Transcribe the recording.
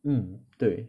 mm 对